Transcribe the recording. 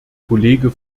kollege